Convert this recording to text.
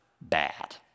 bad